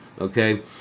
okay